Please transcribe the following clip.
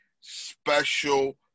special